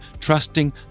trusting